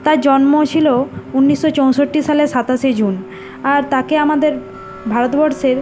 তার জন্ম ছিল উনিশশো চৌষট্টি সালের সাতাশে জুন আর তাকে আমাদের ভারতবর্ষের